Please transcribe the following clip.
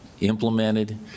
implemented